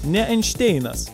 ne einšteinas